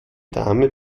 dame